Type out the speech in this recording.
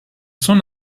son